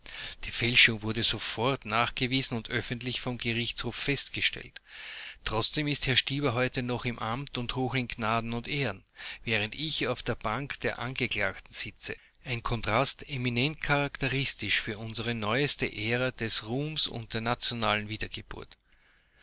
die fälschung wurde sofort nachgewiesen und öffentlich vom gerichtshof festgestellt trotzdem ist herr stieber heute noch im amt und hoch in gnaden und ehren während ich auf der bank der angeklagten sitze ein kontrast eminent charakteristisch für unsere neueste ära des ruhmes und der nationalen wiedergeburt